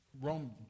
Rome